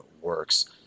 works